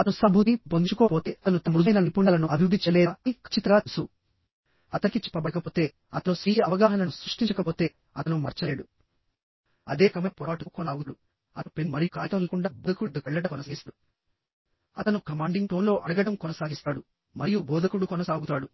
అతను సానుభూతిని పెంపొందించుకోకపోతే అతను తన మృదువైన నైపుణ్యాలను అభివృద్ధి చేయలేదా అని ఖచ్చితంగా తెలుసు అతనికి చెప్పబడకపోతే అతను స్వీయ అవగాహనను సృష్టించకపోతేఅతను మార్చలేడు అదే రకమైన పొరపాటుతో కొనసాగుతాడు అతను పెన్ను మరియు కాగితం లేకుండా బోధకుడి వద్దకు వెళ్లడం కొనసాగిస్తాడు అతను కమాండింగ్ టోన్లో అడగడం కొనసాగిస్తాడు మరియు బోధకుడు కొనసాగుతాడు